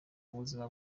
buzima